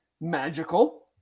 magical